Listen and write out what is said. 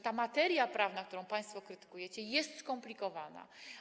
Ta materia prawna, którą państwo krytykujecie, jest skomplikowana.